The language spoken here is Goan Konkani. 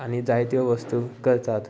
आनी जायत्यो वस्तू करतात